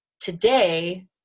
Today